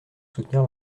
soutenir